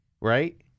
right